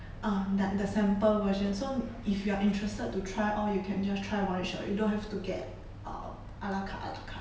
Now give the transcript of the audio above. ah like the sample version so if you are interested to try all you can just try one shot you don't have to get um a la carte a la carte